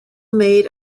made